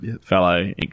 fellow